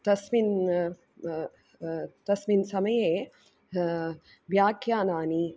तस्मिन् तस्मिन् समये व्याख्यानानि